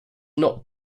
not